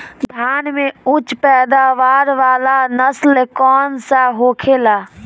धान में उच्च पैदावार वाला नस्ल कौन सा होखेला?